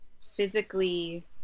physically